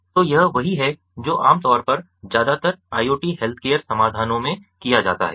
तो यह वही है जो आमतौर पर ज्यादातर IoT हेल्थकेयर समाधानों में किया जाता है